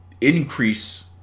increase